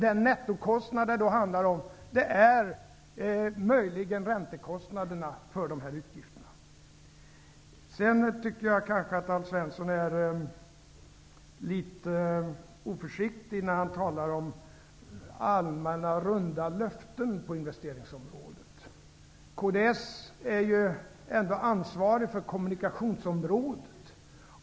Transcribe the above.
Den nettokostnad det handlar om är möjligen räntekostnaderna för dessa utgifter. Jag tycker kanske att Alf Svensson är litet oförsiktig när han talar om allmänna runda löften på investeringsområdet. Kds är ändå ansvarig för kommunikationsområdet.